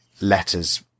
letters